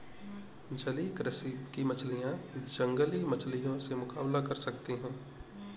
जलीय कृषि की मछलियां जंगली मछलियों से मुकाबला कर सकती हैं